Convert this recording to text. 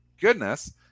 goodness